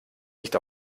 nicht